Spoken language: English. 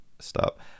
stop